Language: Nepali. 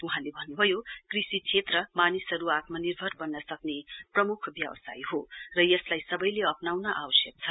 वहाँले भन्न्भयो कृषि क्षेत्र मानिसहरू आत्मनिर्भर बन्न सक्ने प्रम्ख व्यावसय हो र यसलाई सबैले अप्नाउन आवश्यक छ